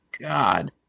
God